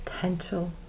potential